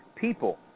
people